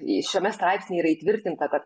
į šiame straipsny yra įtvirtinta kad